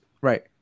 Right